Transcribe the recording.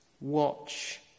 Watch